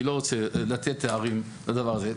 אני לא רוצה לתת תארים לדבר הזה.